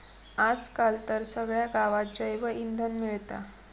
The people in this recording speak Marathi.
आज काल तर सगळ्या गावात जैवइंधन मिळता